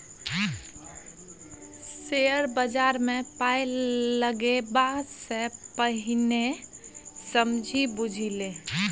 share बजारमे पाय लगेबा सँ पहिने समझि बुझि ले